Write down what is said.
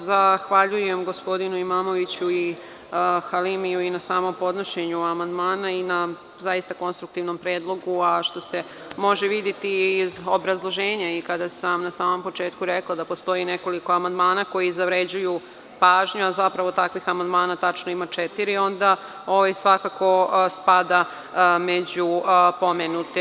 Zahvaljujem gospodinu Imamoviću i Halimiju na samom podnošenju amandmana i na zaista konstruktivnom predlogu, a što se može videti iz obrazloženja i kada sam na samom početku rekla da postoji nekoliko amandmana koji zavređuju pažnju, a zapravo takvih amandmana tačnije ima četiri, onda ovaj svakako spada među pomenute.